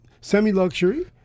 semi-luxury